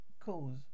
cause